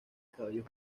cabellos